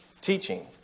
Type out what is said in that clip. teaching